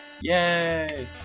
Yay